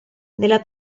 nella